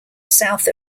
south